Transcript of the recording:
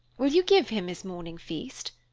will you give him his morning feast?